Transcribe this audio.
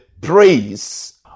praise